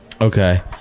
Okay